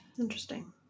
interesting